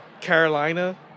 Carolina